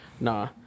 nah